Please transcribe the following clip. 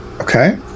Okay